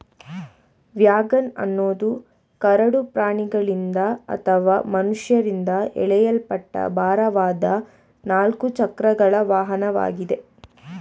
wagon ಅನ್ನೋದು ಕರಡು ಪ್ರಾಣಿಗಳಿಂದ ಅಥವಾ ಮನುಷ್ಯರಿಂದ ಎಳೆಯಲ್ಪಟ್ಟ ಭಾರವಾದ ನಾಲ್ಕು ಚಕ್ರಗಳ ವಾಹನವಾಗಿದೆ